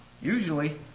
Usually